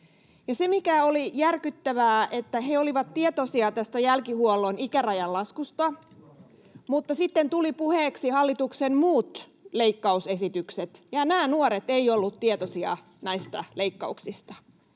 Se, mikä oli järkyttävää, oli, että he olivat tietoisia tästä jälkihuollon ikärajan laskusta, mutta sitten tulivat puheeksi hallituksen muut leikkausesitykset, ja nämä nuoret eivät olleet tietoisia näistä leikkauksista.